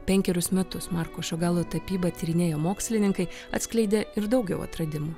penkerius metus marko šagalo tapybą tyrinėję mokslininkai atskleidė ir daugiau atradimų